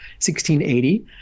1680